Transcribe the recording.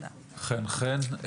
חן חן.